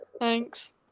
thanks